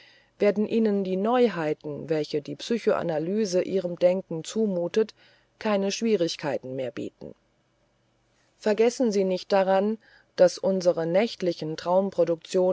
werden ihnen die neuheiten welche die psychoanalyse ihrem denken zumutet keine schwierigkeiten mehr bieten vergessen sie nicht daran daß unsere nächtlichen